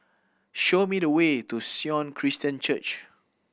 show me the way to Sion Christian Church